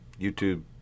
YouTube